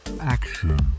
Action